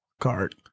card